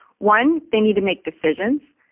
one, they need to make decisions.